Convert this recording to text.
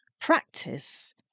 practice